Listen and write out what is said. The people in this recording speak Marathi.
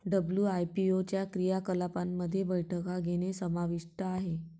डब्ल्यू.आय.पी.ओ च्या क्रियाकलापांमध्ये बैठका घेणे समाविष्ट आहे